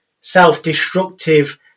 self-destructive